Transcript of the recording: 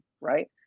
right